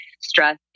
stress